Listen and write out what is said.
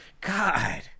god